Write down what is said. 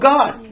God